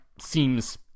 seems